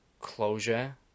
closure